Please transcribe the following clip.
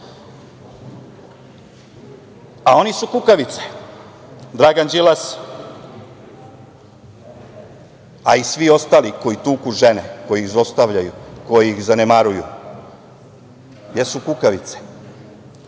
su kukavice. Dragan Đilas, a i svi ostali koji tuku žene, koji ih zlostavljaju, koji ih zanemaruju, jesu kukavice.